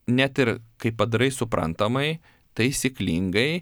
net ir kai padarai suprantamai taisyklingai